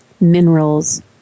minerals